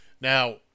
Now